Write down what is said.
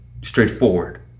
Straightforward